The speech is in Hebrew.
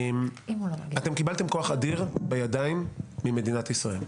אתם קיבלתם כוח אדיר בידיים ממדינת ישראל.